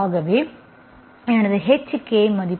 ஆகவே எனது h k மதிப்புகளை a1b